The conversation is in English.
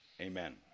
amen